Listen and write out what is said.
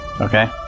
Okay